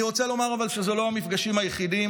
אבל אני רוצה לומר שאלה לא המפגשים היחידים.